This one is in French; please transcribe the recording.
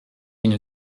une